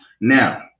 Now